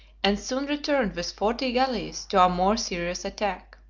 and soon returned with forty galleys to a more serious attack.